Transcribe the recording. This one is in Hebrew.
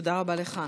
תודה רבה לך.